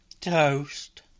Toast